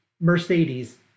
Mercedes